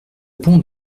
bon